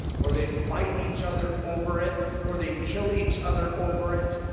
or they fight each other over it, or they kill each other over it,